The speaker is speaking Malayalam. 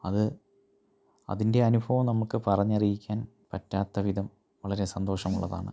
അത് അതിൻ്റെ അനുഭവം നമുക്ക് പറഞ്ഞറിയിക്കാൻ പറ്റാത്ത വിധം വളരെ സന്തോഷമുള്ളതാണ്